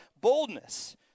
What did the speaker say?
boldness